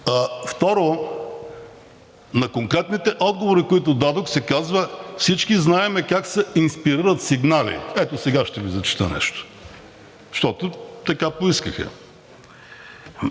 Второ, на конкретните отговори, които дадох, се казва: всички знаем как се инспирират сигнали. Ето сега ще Ви зачета нещо, защото така поискаха.